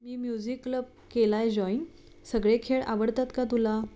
मी music club केला आहे join सगळे खेळ आवडतात का तुला